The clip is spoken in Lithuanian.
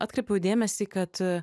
atkreipiau dėmesį kad